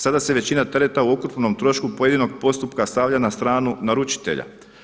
Sada se većina tereta u ukupnom trošku pojedinog postupka stavlja na stranu naručitelja.